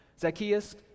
Zacchaeus